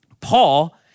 Paul